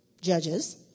judges